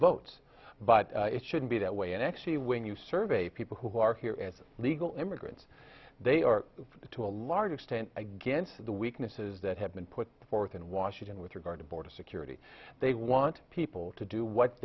votes but it shouldn't be that way and actually when you survey people who are here as legal immigrants they are to a large extent against the weaknesses that have been put forth in washington with regard to border security they want people to do what